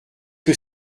que